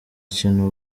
kintu